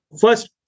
First